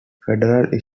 federal